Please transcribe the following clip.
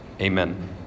Amen